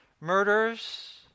murders